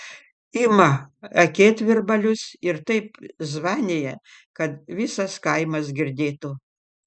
ima akėtvirbalius ir taip zvanija kad visas kaimas girdėtų